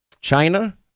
China